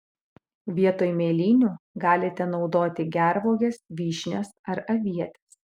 vietoj mėlynių galite naudoti gervuoges vyšnias ar avietes